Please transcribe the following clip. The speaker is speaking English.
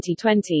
2020